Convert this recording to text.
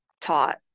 taught